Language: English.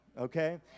okay